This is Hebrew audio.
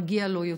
מגיע לו יותר.